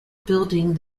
building